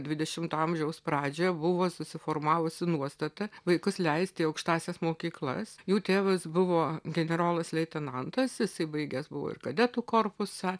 dvidešimto amžiaus pradžioje buvo susiformavusi nuostata vaikus leisti į aukštąsias mokyklas jų tėvas buvo generolas leitenantas jisai baigęs buvo ir kadetų korpusą